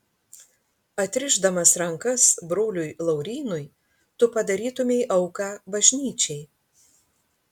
atrišdamas rankas broliui laurynui tu padarytumei auką bažnyčiai